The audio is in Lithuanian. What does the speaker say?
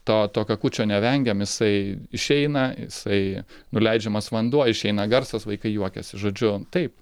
to to kakučio nevengiam jisai išeina jisai nuleidžiamas vanduo išeina garsas vaikai juokiasi žodžiu taip